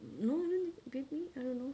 no I don't think maybe I don't know